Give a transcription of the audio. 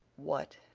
what,